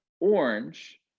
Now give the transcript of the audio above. orange